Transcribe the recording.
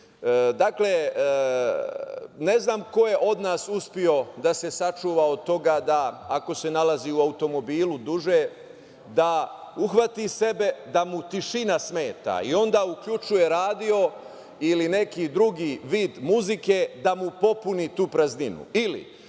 buke? Dakle, ne znam ko je od nas uspeo da se sačuva od toga da, ako se nalazi u automobilu duže da uhvati sebe da mu tišina smeta i onda uključuje radio ili neki drugi vid muzike da mu popuni tu prazninu.